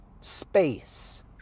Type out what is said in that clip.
space